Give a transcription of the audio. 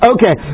Okay